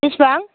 बेसेबां